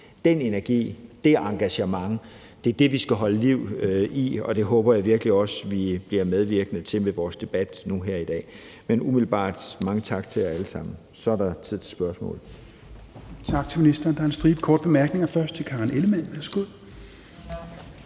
Dén energi og dét engagement er det, vi skal holde liv i, og det håber jeg virkelig også vi bliver medvirkende til med vores debat nu her i dag. Men umiddelbart mange tak til jer alle sammen. Og så er der tid til spørgsmål.